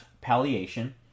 palliation